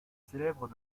célèbres